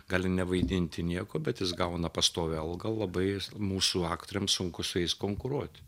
gali nevaidinti nieko bet jis gauna pastovią algą labai mūsų aktoriams sunku su jais konkuruoti